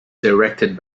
directed